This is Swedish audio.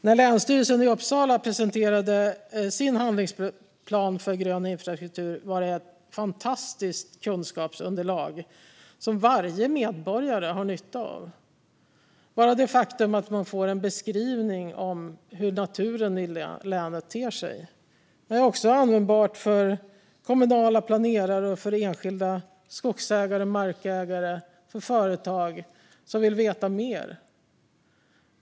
När Länsstyrelsen i Uppsala län presenterade sin handlingsplan för grön infrastruktur var det ett fantastiskt kunskapsunderlag som varje medborgare har nytta av. Bara det faktum att man får en beskrivning av hur naturen i länet ter sig är också användbart för kommunala planerare, enskilda skogsägare, markägare och företag som vill veta mer.